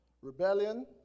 Rebellion